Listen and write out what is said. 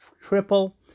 triple